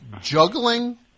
juggling